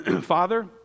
Father